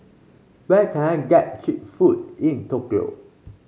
where can I get cheap food in Tokyo